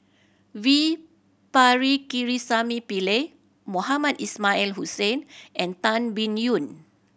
V Pakirisamy Pillai Mohamed Ismail Hussain and Tan Biyun